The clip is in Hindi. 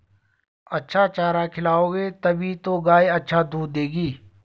अच्छा चारा खिलाओगे तभी तो गाय अच्छा दूध देगी